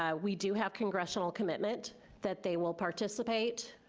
ah we do have congressional commitment that they will participate,